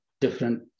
different